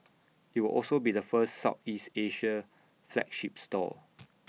IT will also be the first Southeast Asia flagship store